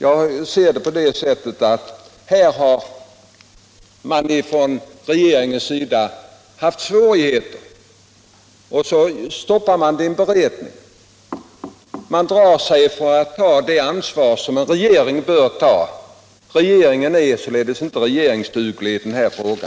Jag uppfattar det så, att regeringen här har haft svårigheter, och då stoppar man frågan i en beredning; man drar sig för att ta det ansvar som en regering bör ta. Regeringen är helt enkelt inte regeringsduglig i denna fråga.